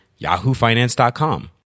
yahoofinance.com